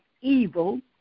evil